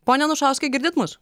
pone anušauskai girdit mus